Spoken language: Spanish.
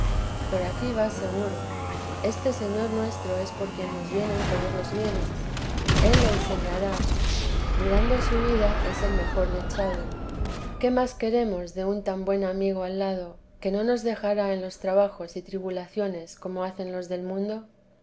por aquí va seguro este señor nuestro es por quien nos vienen todos los bienes él le enseñará mirando su vida es el mejor dechado qué más queremos de un tan buen amigo al lado que no nos dejará en los trabajos y tribulaciones como hacen los del mundo